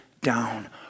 down